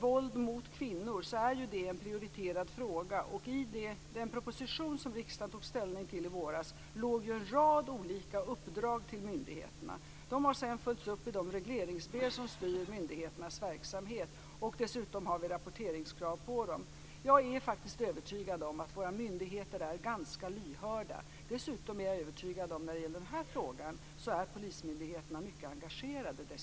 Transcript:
Våld mot kvinnor är ju en prioriterad fråga, och i den proposition som riksdagen tog ställning till i våras fanns en rad olika uppdrag till myndigheterna. Dessa har sedan följts upp i de regleringsbrev som styr myndigheternas verksamhet. Dessutom har vi rapporteringskrav på dem. Jag är faktiskt övertygad om att våra myndigheter är ganska lyhörda. Dessutom är jag övertygad om att polismyndigheterna när det gäller den här frågan är mycket engagerade.